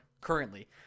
currently